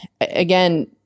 again